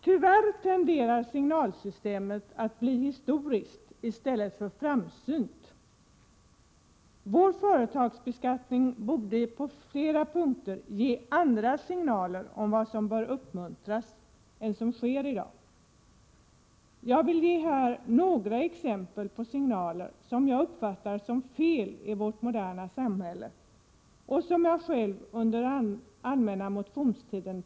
Tyvärr tenderar signalsystemet att bli historiskt i stället för framsynt. Vår företagsbeskattning borde på flera punkter ge andra signaler om vad som bör uppmuntras än som sker i dag. Jag vill här ge några exempel på sådana signaler som jag uppfattar som fel i vårt moderna samhälle, något som jag själv påpekade under allmänna motionstiden.